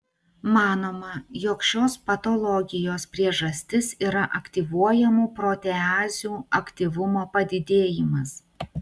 manoma jog šios patologijos priežastis yra aktyvuojamų proteazių aktyvumo padidėjimas